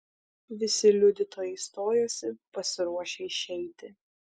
visi liudytojai stojosi pasiruošę išeiti